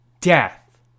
death